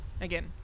again